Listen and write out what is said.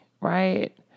right